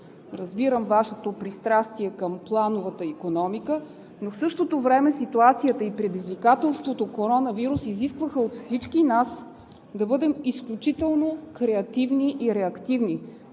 Разбирам Вашето пристрастие към плановата икономика, но в същото време ситуацията и предизвикателството коронавирус изискваха от всички нас да бъдем изключително креативни и реактивни.